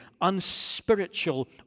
unspiritual